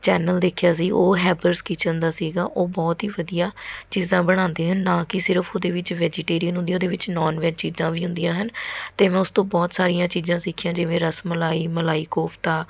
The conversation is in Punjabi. ਚੈਨਲ ਦੇਖਿਆ ਸੀ ਉਹ ਹੈਬਰਸ ਕਿਚਨ ਦਾ ਸੀਗਾ ਉਹ ਬਹੁਤ ਹੀ ਵਧੀਆ ਚੀਜ਼ਾਂ ਬਣਾਉਂਦੇ ਹਨ ਨਾ ਕਿ ਸਿਰਫ਼ ਉਹਦੇ ਵਿੱਚ ਵੈਜੀਟੇਰੀਅਨ ਹੁੰਦੀ ਉਹਦੇ ਵਿੱਚ ਨੋਨ ਵੈੱਜ ਚੀਜ਼ਾਂ ਵੀ ਹੁੰਦੀਆਂ ਹਨ ਅਤੇ ਮੈਂ ਉਸ ਤੋਂ ਬਹੁਤ ਸਾਰੀਆਂ ਚੀਜ਼ਾਂ ਸਿੱਖੀਆਂ ਜਿਵੇਂ ਰਸਮਲਾਈ ਮਲਾਈ ਕੋਫਤਾ